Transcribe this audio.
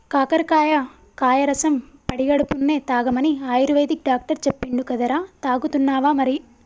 కాకరకాయ కాయ రసం పడిగడుపున్నె తాగమని ఆయుర్వేదిక్ డాక్టర్ చెప్పిండు కదరా, తాగుతున్నావా మరి